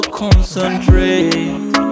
concentrate